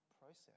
process